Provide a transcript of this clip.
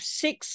six